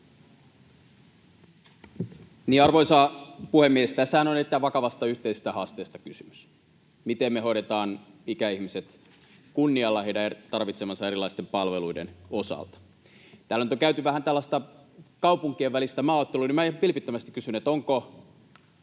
Arvoisa puhemies! Tässähän on kysymys erittäin vakavasta yhteisestä haasteesta, siitä, miten me hoidetaan ikäihmiset kunnialla heidän tarvitsemiensa erilaisten palveluiden osalta. Kun täällä nyt on käyty vähän tällaista kaupunkien välistä maaottelua, niin ihan vilpittömästi kysyn: onko